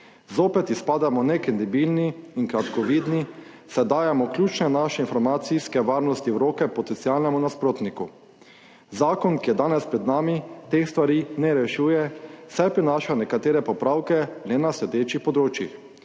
Zopet izpademo nekredibilni in kratkovidni, saj dajemo ključe naše informacijske varnosti v roke potencialnemu nasprotniku. Zakon, ki je danes pred nami, teh stvari ne rešuje, saj prinaša nekatere popravke le na sledečih področjih.